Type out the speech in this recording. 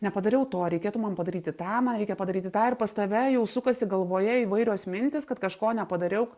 nepadariau to reikėtų man padaryti tą man reikia padaryti tą ir pas tave jau sukasi galvoje įvairios mintys kad kažko nepadariau